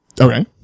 Okay